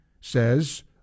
says